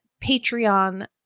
Patreon